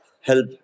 help